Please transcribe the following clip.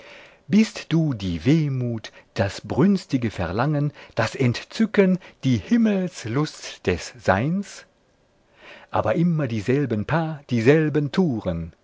bist du die wehmut das brünstige verlangen das entzücken die himmelslust des seins aber immer dieselben pas dieselben touren